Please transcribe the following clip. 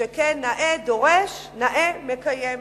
שכן נאה דורש נאה מקיים.